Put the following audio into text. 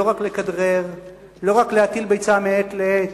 לא רק לכדרר, לא רק להטיל ביצה מעת לעת,